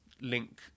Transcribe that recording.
link